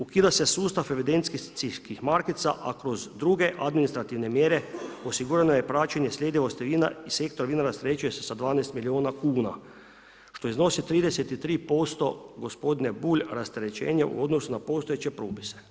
Ukida se sustav evidencijskih markica, a kroz druge administrativne mjere osigurano je praćenje sljedivosti vina i sektor vina rasterećuje se sa 12 milijuna kuna što iznosi 33%, gospodine Bulj, rasterećenje u odnosu na postojeće propise.